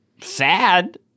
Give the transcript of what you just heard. sad